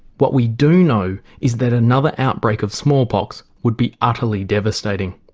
what we do know is that another outbreak of smallpox would be utterly devastating.